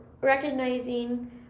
recognizing